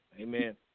Amen